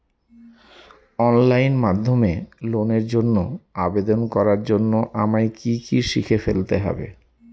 Online মাধ্যমে লোনের জন্য আবেদন করার জন্য আমায় কি কি শিখে ফেলতে হবে?